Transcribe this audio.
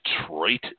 Detroit